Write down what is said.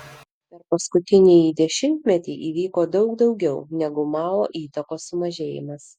per paskutinįjį dešimtmetį įvyko daug daugiau negu mao įtakos sumažėjimas